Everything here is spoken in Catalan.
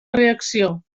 reacció